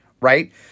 right